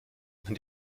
wenn